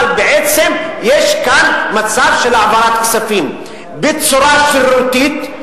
אבל בעצם יש כאן מצב של העברת כספים בצורה שרירותית,